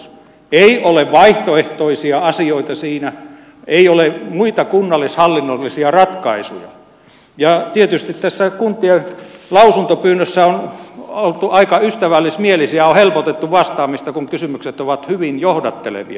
siinä ei ole vaihtoehtoisia asioita ei ole muita kunnallishallinnollisia ratkaisuja ja tietysti tässä kuntien lausuntopyynnössä on oltu aika ystävällismielisiä ja on helpotettu vastaamista kun kysymykset ovat hyvin johdattelevia